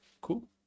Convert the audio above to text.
cool